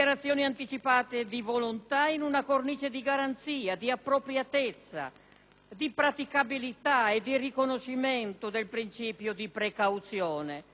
di praticabilità e di riconoscimento del principio di precauzione, i punti di arrivo di una lunga stagione della scienza e dell'etica.